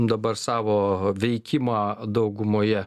dabar savo veikimą daugumoje